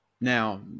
Now